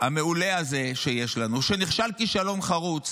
המעולה הזה שיש לנו, שנכשל כישלון חרוץ